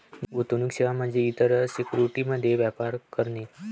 गुंतवणूक सेवा म्हणजे इतर सिक्युरिटीज मध्ये व्यापार करणे